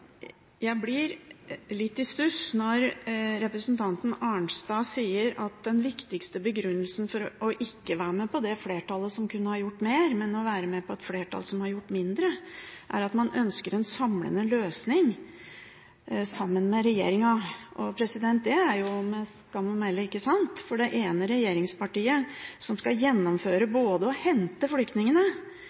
jeg blir litt i stuss når representanten Arnstad sier at den viktigste begrunnelsen for ikke å være med på det flertallet som kunne gjort mer, men å være med på et flertall som har gjort mindre, er at man ønsker en samlende løsning sammen med regjeringen. Det er jo med skam å melde ikke sant, for det ene regjeringspartiet, som både skal hente flytningene, og